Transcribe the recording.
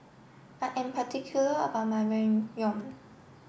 I am particular about my Ramyeon